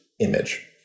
image